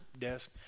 desk